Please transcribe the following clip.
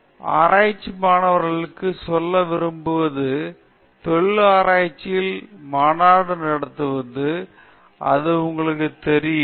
சரி நான் அணைத்து ஆராய்ச்சி மாணவர்களுக்கும் சொல்ல செய்ய விரும்புவது தொழில்முறை ஆராய்ச்சிகளை மாநாடுகள் நடத்துவது என்பது உங்களுக்குத் தெரியும்